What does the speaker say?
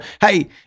hey